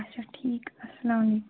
اَچھا ٹھیٖک اَسَلام علیکُم